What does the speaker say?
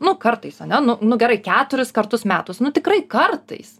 nu kartais ane nu nu gerai keturis kartus metus nu tikrai kartais